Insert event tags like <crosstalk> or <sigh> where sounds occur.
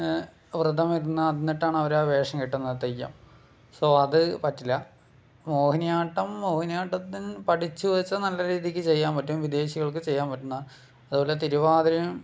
വൃതം <unintelligible> ട്ടാണ് അവർ ആ വേഷം കെട്ടുന്നത് തെയ്യം സോ അത് പറ്റില്ല മോഹിനിയാട്ടം മോഹിനിയാട്ടത്തിൻ പഠിച്ച് വെച്ചാൽ നല്ല രീതിക്ക് ചെയ്യാൻ പറ്റും വിദേശികൾക്ക് ചെയ്യാൻ പറ്റുന്ന അതുപോലെ തിരുവാതിര